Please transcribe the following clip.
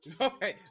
Okay